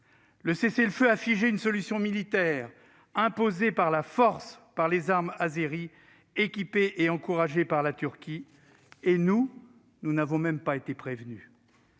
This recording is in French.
Le cessez-le-feu a figé une solution militaire imposée par la force par les armes azéries, équipées et encouragées par la Turquie. Nous n'avons pas même été prévenus